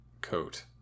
coat